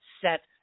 set